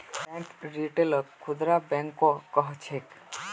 bank रिटेलक खुदरा बैंको कह छेक